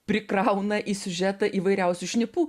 prikrauna į siužetą įvairiausių šnipų